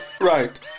right